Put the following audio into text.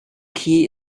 key